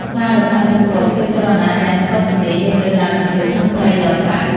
ខ្លារខិនពពកធ្វើចលនាយ៉ាងស្ទាត់ជំនាញនៅលើដើមឈើក្នុងព្រៃដ៏ក្រាស់។